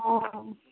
ଅଃ